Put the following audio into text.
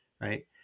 right